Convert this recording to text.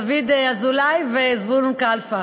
דוד אזולאי וזבולון קלפה.